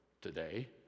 today